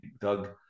Doug